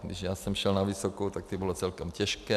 Když já jsem šel na vysokou, tak to bylo celkem těžké.